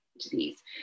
disease